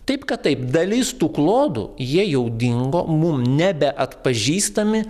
taip kad taip dalis tų klodų jie jau dingo mum nebeatpažįstami